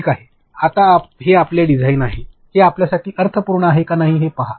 ठीक आहे आता हे आपले डिझाइन आहे हे आपल्यासाठी अर्थपूर्ण आहे की नाही ते पहा